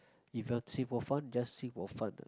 if you're try for fun just sing for fun ah